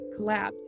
collab